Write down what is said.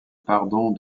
pardon